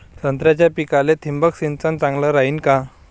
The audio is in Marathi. संत्र्याच्या पिकाले थिंबक सिंचन चांगलं रायीन का?